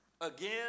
Again